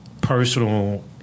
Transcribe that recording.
personal